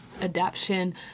adaption